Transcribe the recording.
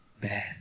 bad